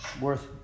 worth